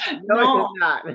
No